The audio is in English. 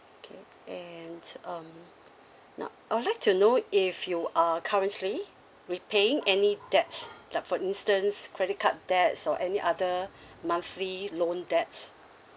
okay and um now I would like to know if you are currently repaying any debts like for instance credit card debts or any other monthly loan debts